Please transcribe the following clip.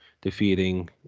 defeating